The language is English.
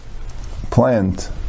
plant